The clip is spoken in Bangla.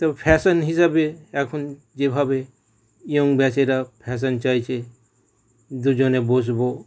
তো ফ্যাশন হিসাবে এখন যেভাবে ইয়ং ব্যাচেরা ফ্যাশন চাইছে দুজনে বসব